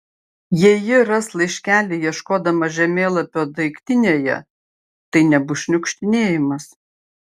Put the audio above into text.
jei ji ras laiškelį ieškodama žemėlapio daiktinėje tai nebus šniukštinėjimas